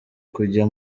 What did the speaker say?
kujya